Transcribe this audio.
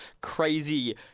crazy